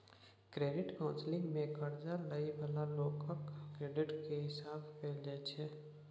credit counselling मे कर्जा लइ बला लोकक क्रेडिट केर हिसाब कएल जाइ छै